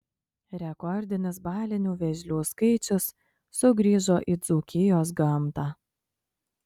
rekordinis balinių vėžlių skaičius sugrįžo į dzūkijos gamtą